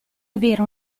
avere